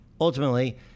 ultimately